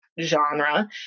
genre